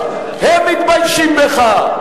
הם מתביישים בך.